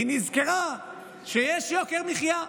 היא נזכרה שיש יוקר מחיה.